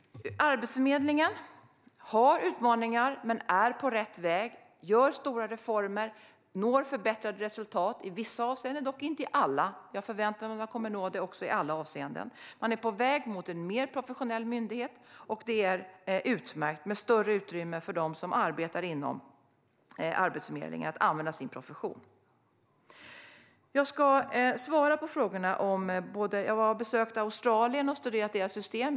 Arbetsförmedlingen har utmaningar men är på rätt väg. Man gör stora reformer och når förbättrade resultat i vissa avseenden, dock inte i alla. Men jag förväntar mig att man kommer att nå det också i alla avseenden. Man är på väg mot att bli en mer professionell myndighet, vilket är utmärkt, med större utrymme för dem som arbetar inom Arbetsförmedlingen att använda sin profession. Jag ska svara på frågorna. Jag har besökt Australien och studerat deras system.